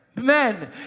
Men